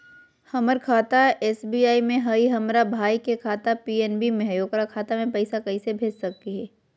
हमर खाता एस.बी.आई में हई, हमर भाई के खाता पी.एन.बी में हई, ओकर खाता में पैसा कैसे भेज सकली हई?